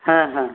হ্যাঁ হ্যাঁ